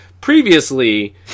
previously